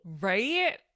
right